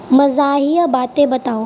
مزاحیہ باتیں بتاؤ